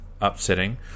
upsetting